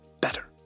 better